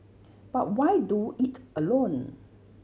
but why do it alone